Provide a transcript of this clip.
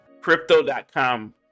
Crypto.com